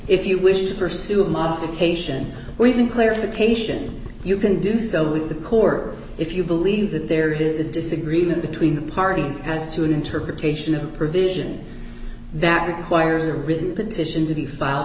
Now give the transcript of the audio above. if you wish to pursue a modification or even clarification you can do so with the core if you believe that there is a disagreement between the parties as to an interpretation of the provision that requires a written petition to be filed